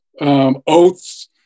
oaths